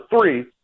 three